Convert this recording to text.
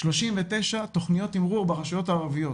39 תכניות תמרור ברשויות הערביות.